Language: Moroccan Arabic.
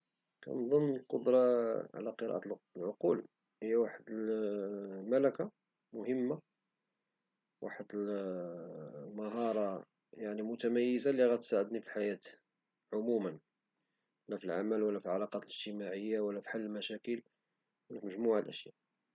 كنظن القدرة على قراءة العقول هي واحد المَلَكة مهمة واحد المهارة يعني متميزة لي غتساعدني في الحياة عموما، لا في العمل ولا في العلاقات الاجتماعية ولا في حل المشاكل وفي مجموعة الأشياء.